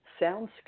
soundscape